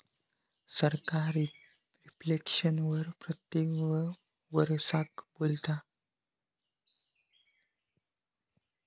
सरकार रिफ्लेक्शन वर प्रत्येक वरसाक बोलता